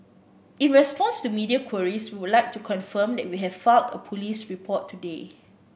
in response to media queries we would like to confirm that we have filed a police report today